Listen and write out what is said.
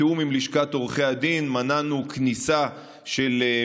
בתיאום עם לשכת עורכי הדין מנענו כניסת מבקרים,